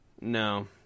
No